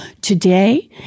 Today